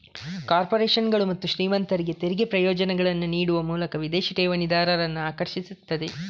ಕಾರ್ಪೊರೇಷನುಗಳು ಮತ್ತು ಶ್ರೀಮಂತರಿಗೆ ತೆರಿಗೆ ಪ್ರಯೋಜನಗಳನ್ನ ನೀಡುವ ಮೂಲಕ ವಿದೇಶಿ ಠೇವಣಿದಾರರನ್ನ ಆಕರ್ಷಿಸ್ತದೆ